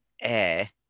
air